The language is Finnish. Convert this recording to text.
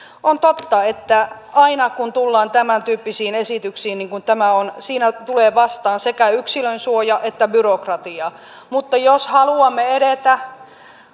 on totta että aina kun tullaan tämäntyyppisiin esityksiin niin kuin tämä on siinä tulee vastaan sekä yksilönsuoja että byrokratia mutta jos haluamme edetä